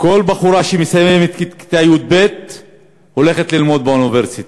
כל בחורה שמסיימת כיתה י"ב הולכת ללמוד באוניברסיטה.